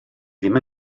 ddim